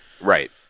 Right